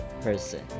person